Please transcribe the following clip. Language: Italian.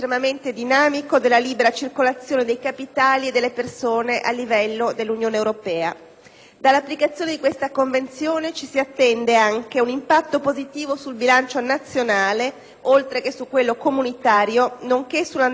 Dall'applicazione di questa Convenzione ci si attende anche un impatto positivo sul bilancio nazionale, oltre che su quello comunitario, nonché sull'andamento dei mercati falsati dall'offerta di beni e servizi oggetto di frodi commerciali.